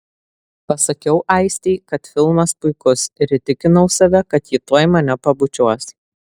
pasakiau aistei kad filmas puikus ir įtikinau save kad ji tuoj mane pabučiuos